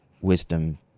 wisdom